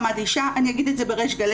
אני אגיד את זה בריש גלי